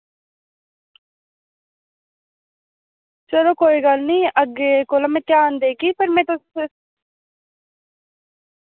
चलो कोई गल्ल निं अग्गें कोला में ध्यान देगी पर में तुस